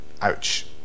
ouch